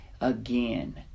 Again